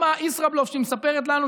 גם הישראבלוף שהיא מספרת לנו,